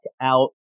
out